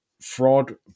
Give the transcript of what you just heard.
fraud